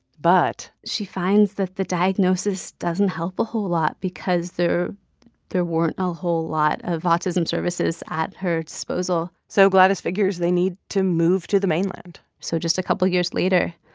but. she finds that the diagnosis doesn't help a whole lot because there there weren't a whole lot of autism services at her disposal so gladys figures they need to move to the mainland so just a couple of years later,